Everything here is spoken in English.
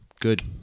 Good